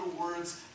words